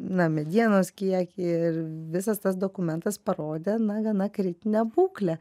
na medienos kiekį ir visas tas dokumentas parodė na gana kritinę būklę